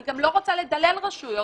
אני גם לא רוצה לדלל רשויות